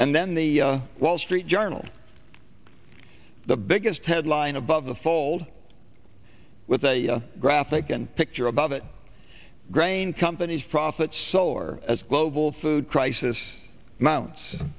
and then the wall street journal the biggest headline above the fold with a graphic and picture above it grain company's profits solar as global food crisis mount